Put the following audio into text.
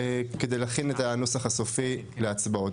כדי להכין את הנוסח הסופי להצבעות.